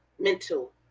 mental